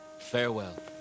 Farewell